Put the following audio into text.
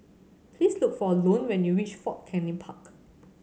please look for Lone when you reach Fort Canning Park